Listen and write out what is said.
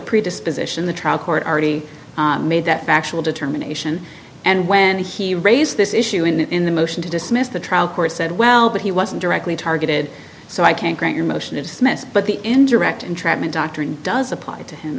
predisposition the trial court already made that factual determination and when he raised this issue in the motion to dismiss the trial court said well but he wasn't directly targeted so i can't grant your motion to dismiss but the indirect entrapment doctrine does apply to him